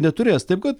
neturės taip kad